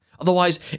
Otherwise